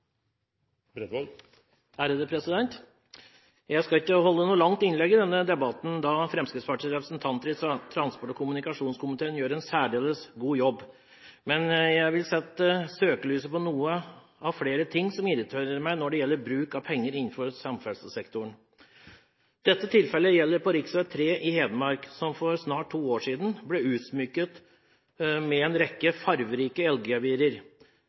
Jeg skal ikke holde noe langt innlegg i denne debatten da Fremskrittspartiets representanter i transport- og kommunikasjonskomiteen gjør en særdeles god jobb. Men jeg vil sette søkelyset på noen av flere ting som irriterer meg når det gjelder bruk av penger innenfor samferdselssektoren. Dette tilfellet dreier seg om rv. 3 i Hedmark som for snart to år siden ble utsmykket med en rekke